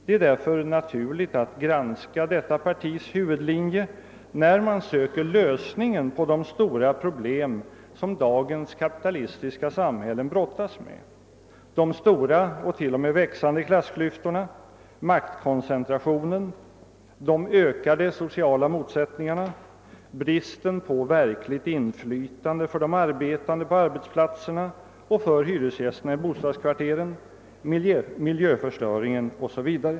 Det är därför naturligt att granska detta partis huvudlinje när man söker lösningen på de stora problem som dagens kapitalistiska samhällen brottas med — de stora och t.o.m. växande klassklyftorna, maktkoncentrationen, de ökade sociala motsättningarna, bristen på verkligt inflytande för de arbetande på arbetsplatserna och för hyresgästerna i bostadskvarteren, miljöförstöringen 0. s. Vv.